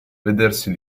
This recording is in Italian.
vedersi